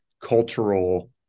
cultural